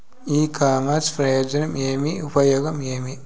ఇ commerce ప్రయోజనం ఏమి? ఉపయోగం ఏమి?